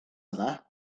yna